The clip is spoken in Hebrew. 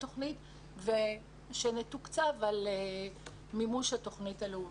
התוכנית ושנתוקצב על מימוש התוכנית הלאומית.